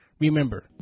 Remember